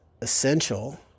essential